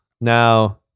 Now